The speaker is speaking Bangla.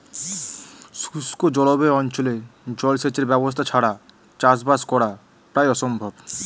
শুষ্ক জলবায়ু অঞ্চলে জলসেচের ব্যবস্থা ছাড়া চাষবাস করা প্রায় অসম্ভব